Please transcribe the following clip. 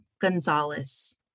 Gonzalez